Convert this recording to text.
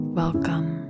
welcome